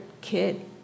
kid